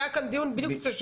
היה כאן דיון בדיוק לפני שבוע.